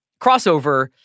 crossover